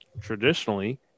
traditionally